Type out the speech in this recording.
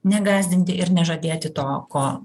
negąsdinti ir nežadėti to ko